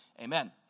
amen